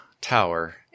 tower